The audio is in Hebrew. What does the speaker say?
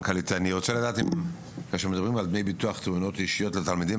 כשמדברים על דמי ביטוח תאונות אישיות לתלמידים,